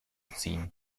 ziehen